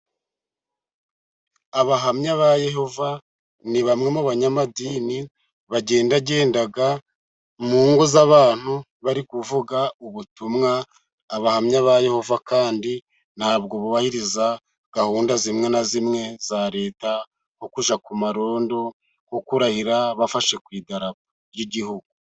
Abahamya ba Yehova, ni bamwe mu banyamadini bagendagenda mu ngo z'abantu bari kuvuga ubutumwa. Abahamya ba Yehova kandi, ntabwo bubahiriza gahunda zimwe na zimwe za leta, nko kujya ku marondo no kurahira bafashe ku idaapo ry' igihugu.